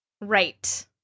Right